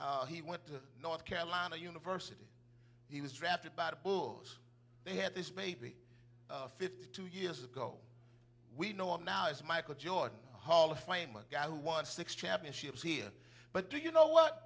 baby he went to north carolina university he was drafted by the bulls they had this maybe fifty two years ago we know now is michael jordan hall of fame a guy who won six championships here but do you know what